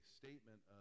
statement